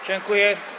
Dziękuję.